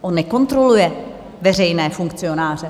On nekontroluje veřejné funkcionáře!